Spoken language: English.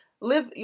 live